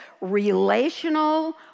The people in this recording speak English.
relational